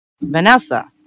Vanessa